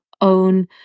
own